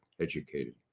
educated